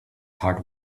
hearts